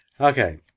Okay